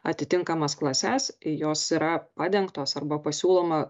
atitinkamas klases jos yra padengtos arba pasiūloma